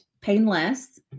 painless